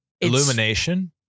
illumination